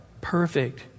Perfect